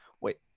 wait